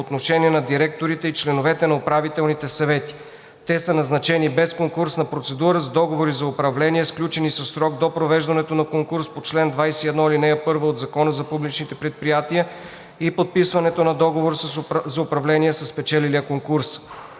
отношение на директорите и членовете на управителните съвети. Те са назначени без конкурсна процедура – с договори за управление, сключени със срок до провеждането на конкурс по чл. 21, ал. 1 от Закона за публичните предприятия и подписването на договор за управление със спечелилия конкурса.